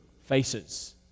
faces